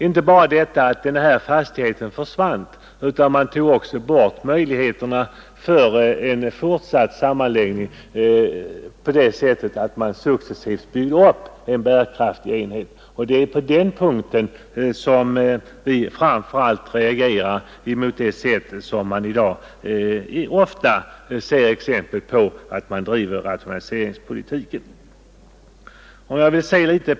Inte nog med att denna fastighet försvann som rationaliseringsobjekt utan man tog också bort möjligheterna för 20-hektars jordbrukaren till fortsatt sammanläggning och till att successivt bygga upp en bärkraftig enhet. Det är på den punkten som vi framför allt reagerar mot den rationaliseringspolitik som i dag ofta bedrivs.